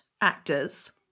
actors –